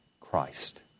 Christ